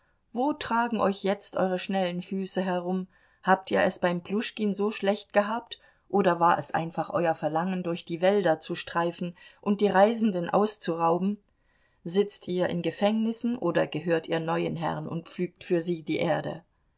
wo tragen euch jetzt eure schnellen füße herum habt ihr es beim pljuschkin so schlecht gehabt oder war es einfach euer verlangen durch die wälder zu streifen und die reisenden auszurauben sitzt ihr in gefängnissen oder gehört ihr neuen herren und pflügt für sie die erde